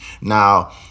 Now